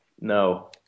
No